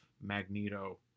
magneto